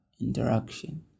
interaction